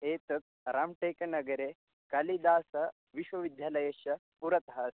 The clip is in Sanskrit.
एतद् राम्टेकनगरे कालिसासविश्वविध्यालयस्य पुरतः अस्ति